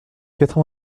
quatre